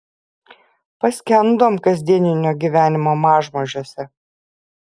paskendom kasdieninio gyvenimo mažmožiuose